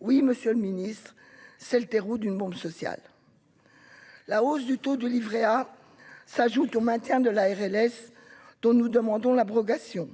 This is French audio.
oui, Monsieur le Ministre, c'est le trou d'une bombe sociale, la hausse du taux du Livret A s'ajoute au maintien de la FLS, dont nous demandons l'abrogation